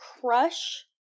crush